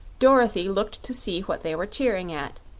dorothy looked to see what they were cheering at,